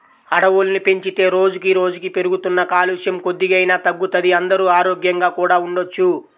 అడవుల్ని పెంచితే రోజుకి రోజుకీ పెరుగుతున్న కాలుష్యం కొద్దిగైనా తగ్గుతది, అందరూ ఆరోగ్యంగా కూడా ఉండొచ్చు